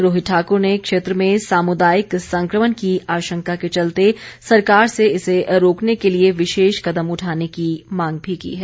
रोहित ठाकुर ने क्षेत्र में सामुदायिक संक्रमण की आशंका के चलते सरकार से इसे रोकने के लिए विशेष कदम उठाने की मांग भी की है